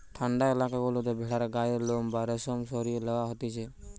ঠান্ডা এলাকা গুলাতে ভেড়ার গায়ের লোম বা রেশম সরিয়ে লওয়া হতিছে